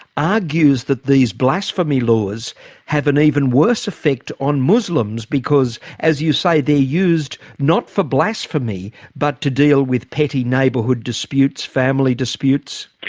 argues that these blasphemy laws have an even worse affect on muslims because as you say, they're used not for blasphemy but to deal with petty neighbourhood disputes, family disputes.